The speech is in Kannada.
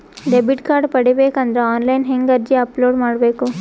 ಡೆಬಿಟ್ ಕಾರ್ಡ್ ಪಡಿಬೇಕು ಅಂದ್ರ ಆನ್ಲೈನ್ ಹೆಂಗ್ ಅರ್ಜಿ ಅಪಲೊಡ ಮಾಡಬೇಕು?